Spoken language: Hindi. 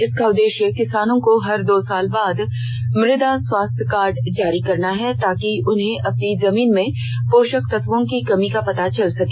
इसका उद्देश्य किसानों को हर दो साल बाद मृदा स्वास्थ्य कार्ड जारी करना है तार्कि उन्हें अपनी जमीन में पोषक तत्वों की कमी का पता चल सके